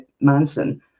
Manson